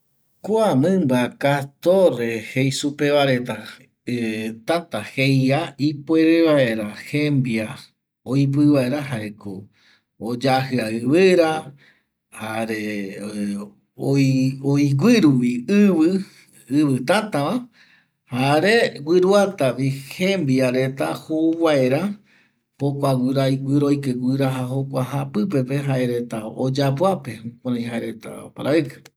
Kua mƚmba kastore jei supeva reta täta jeia iouere vaera jembia oipƚ vaera jaeko oyajƚa ƚvƚra jare oiguƚruvi ƚvƚ tätava jare guƚroatavi jembia reta jou vaera jokua guƚroike guƚra japƚpepeva jaereta oyapoape jukurai jaereta oparaƚkƚ